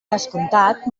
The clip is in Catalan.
descomptat